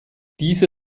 diese